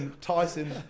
Tyson